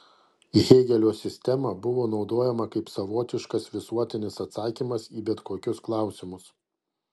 hėgelio sistema buvo naudojama kaip savotiškas visuotinis atsakymas į bet kokius klausimus